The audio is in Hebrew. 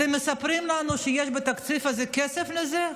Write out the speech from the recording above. אתם מספרים לנו שיש בתקציב הזה כסף לזה?